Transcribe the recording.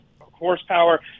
horsepower